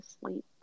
sleep